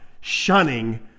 shunning